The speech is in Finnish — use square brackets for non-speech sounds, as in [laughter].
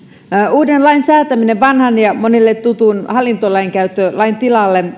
uuden lain säätäminen vanhan ja monille tutun hallintolainkäyttölain tilalle [unintelligible]